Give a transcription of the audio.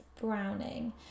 Browning